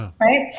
Right